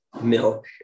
milk